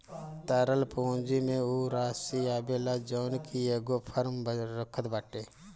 तरल पूंजी में उ राशी आवेला जवन की एगो फर्म रखत बाटे